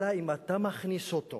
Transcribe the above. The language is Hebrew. אלא אם אתה מכניס אותו